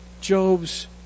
Job's